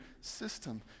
system